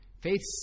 Faith